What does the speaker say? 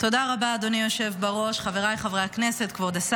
אני מקשיבה לכל הנאומים שיש פה ובאמת שעל